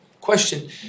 Question